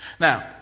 Now